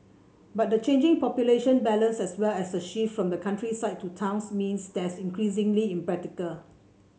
but the changing population balance as well as a shift from the countryside to towns means that's increasingly impractical